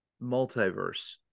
multiverse